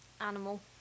Animal